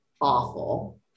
awful